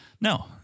No